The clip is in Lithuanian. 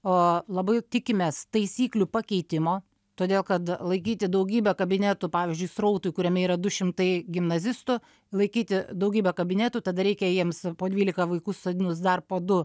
o labai tikimės taisyklių pakeitimo todėl kad laikyti daugybę kabinetų pavyzdžiui srautui kuriame yra du šimtai gimnazistų laikyti daugybę kabinetų tada reikia jiems po dvylika vaikų susodinus dar po du